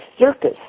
circus